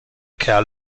kerl